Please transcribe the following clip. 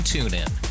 TuneIn